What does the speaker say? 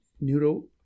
neuro